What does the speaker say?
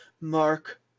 Mark